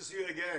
לראות אתכם שוב.